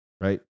right